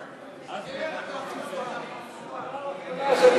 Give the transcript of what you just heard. התוכניות שלך במשרד.